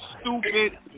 stupid